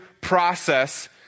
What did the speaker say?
process